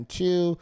two